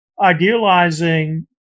idealizing